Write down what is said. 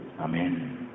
Amen